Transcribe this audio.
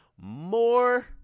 More